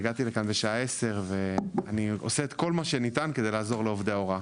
אני עושה את כל מה שאפשר כדי לעזור לעובדי ההוראה,